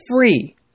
free